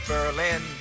Berlin